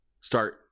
start